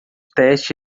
teste